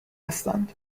هستند